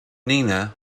nina